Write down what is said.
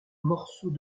morceaux